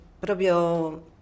proprio